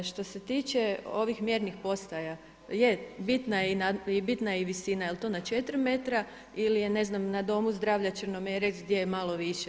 Što se tiče ovih mjernih postaja je, bitna je i visina jel' to na četiri metra ili je ne znam na domu zdravlja Črnomerec gdje je malo više.